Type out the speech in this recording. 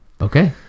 Okay